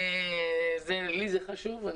לי זה חשוב.